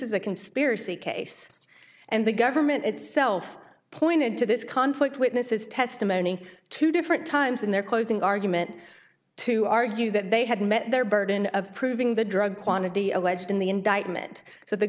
is a conspiracy case and the government itself pointed to this conflict witness's testimony two different times in their closing argument to argue that they had met their burden of proving the drug quantity alleged in the indictment so the